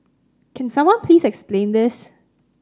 can someone please explain this